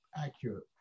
accurate